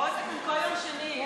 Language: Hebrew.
באות לכאן כל יום שני.